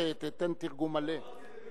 תיתן תרגום מלא.